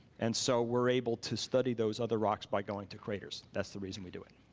and so we're able to study those other rocks by going to craters. that's the reason we do it.